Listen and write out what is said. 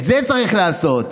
את זה צריך לעשות.